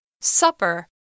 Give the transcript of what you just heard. Supper